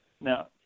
Now